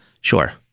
Sure